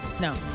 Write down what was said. No